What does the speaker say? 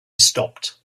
stopped